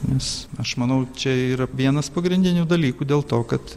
nes aš manau čia yra vienas pagrindinių dalykų dėl to kad